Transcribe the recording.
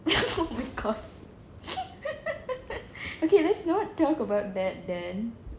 oh my god okay let's not talk about that then